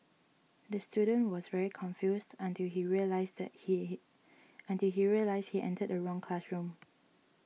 the student was very confused until he realised that he until he realised he entered the wrong classroom